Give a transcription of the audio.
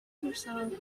herself